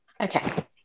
Okay